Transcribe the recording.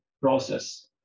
process